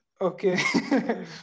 Okay